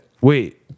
Wait